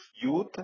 youth